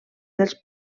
dels